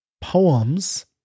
poems